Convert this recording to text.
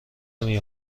نمی